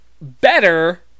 better